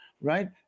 right